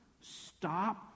Stop